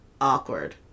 Awkward